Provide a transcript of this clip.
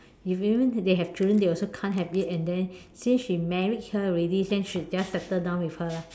ev~ even they have children they also can't have it and then since she married her already then should just settle down with her lah